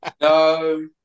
No